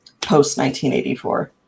post-1984